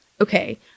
okay